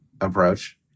approach